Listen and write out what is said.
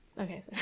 Okay